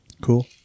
Cool